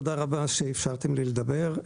תודה רבה שאפשרת לי לדבר.